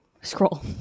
scroll